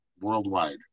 worldwide